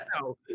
No